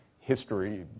history